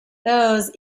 those